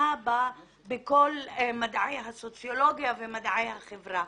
מדובר בכל מדעי הסוציולוגיה ומדעי החברה.